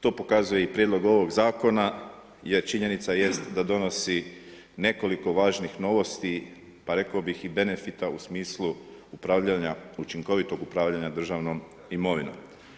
To pokazuje i prijedlog ovog zakona jer činjenica jest da donosi nekoliko važnih novosti pa rekao bih i benefita u smislu upravljanja učinkovitog upravljanja državnom imovinom.